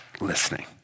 listening